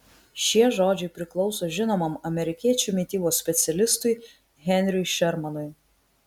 šie žodžiai priklauso žinomam amerikiečių mitybos specialistui henriui šermanui